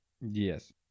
Yes